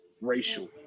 racial